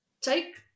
take